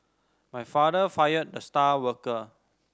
my father fired the star worker